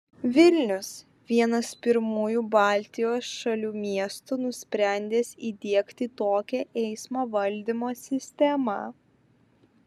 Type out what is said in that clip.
vilnius vienas pirmųjų baltijos šalių miestų nusprendęs įdiegti tokią eismo valdymo sistemą